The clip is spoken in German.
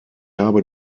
habe